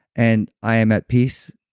and i am at peace.